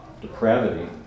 depravity